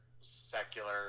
secular